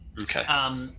Okay